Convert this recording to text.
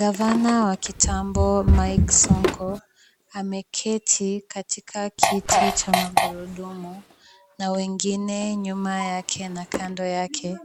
Gavana wa kitambo Mike Sonko ameketi katika kiti cha magurudumu na wengine nyuma yake na kando yake